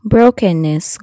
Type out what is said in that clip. Brokenness